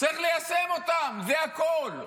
צריך ליישם אותן, זה הכול.